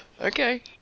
Okay